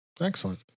excellent